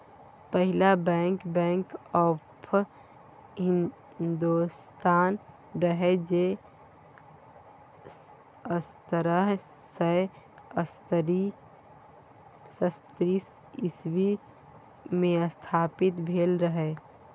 पहिल bank, bank of Hindostan रहय जे सतरह सय सत्तरि इस्बी मे स्थापित भेल रहय